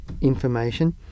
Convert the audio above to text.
information